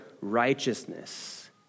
righteousness